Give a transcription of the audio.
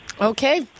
Okay